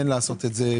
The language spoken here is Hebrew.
כן לעשות את זה,